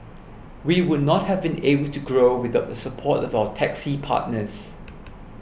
we would not have been able to grow without the support of our taxi partners